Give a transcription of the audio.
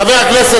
חברי הכנסת